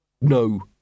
No